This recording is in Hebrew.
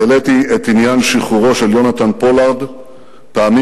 העליתי את עניין שחרורו של יונתן פולארד פעמים